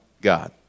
God